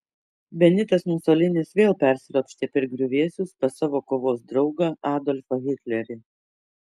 benitas musolinis vėl persiropštė per griuvėsius pas savo kovos draugą adolfą hitlerį